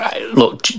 look